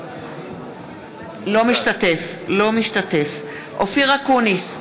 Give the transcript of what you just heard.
לא משתתף אופיר אקוניס,